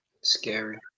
Scary